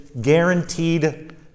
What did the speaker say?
Guaranteed